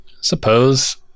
suppose